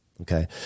okay